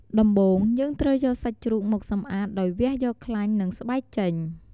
ដំបូងយើងត្រូវយកសាច់ជ្រូកមកសំអាតដោយវះយកខ្លាញ់និងស្បែកចេញ។